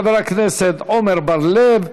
חבר הכנסת עמר בר-לב,